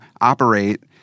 operate